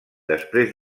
després